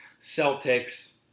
Celtics